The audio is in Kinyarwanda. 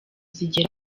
zigera